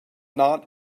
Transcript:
not